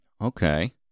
Okay